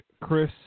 Chris